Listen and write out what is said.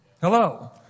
Hello